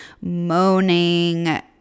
moaning